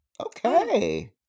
Okay